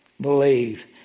believe